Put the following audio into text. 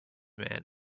man